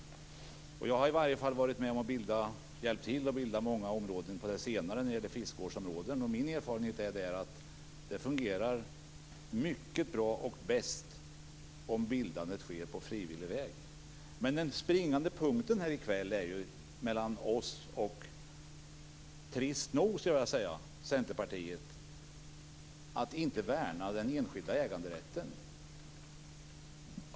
Jag har hjälpt till vid bildandet av många fiskevårdsområden och min erfarenhet är att det fungerar mycket bra - ja, bäst - om bildandet sker på frivillig väg. Men den springande punkten i kväll i diskussionen mellan oss och - trist nog, skulle jag vilja säga - Centerpartiet är detta med att inte värna den enskilda äganderätten.